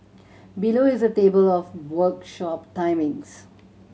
below is a table of workshop timings